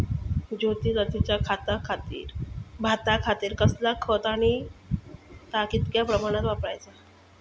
ज्योती जातीच्या भाताखातीर कसला खत आणि ता कितक्या प्रमाणात वापराचा?